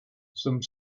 some